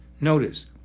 Notice